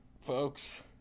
folks